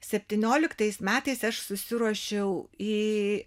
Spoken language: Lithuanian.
septynioliktais metais aš susiruošiau į